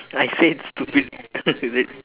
I said stupid